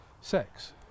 sex